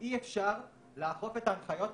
תגידי לי את איך אפשר להסביר את הדברים האלה?